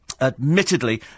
admittedly